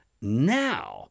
now